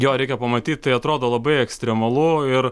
jo reikia pamatyt tai atrodo labai ekstremalu ir